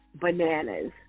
bananas